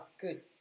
good